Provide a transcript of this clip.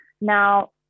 Now